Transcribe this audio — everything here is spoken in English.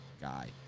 guy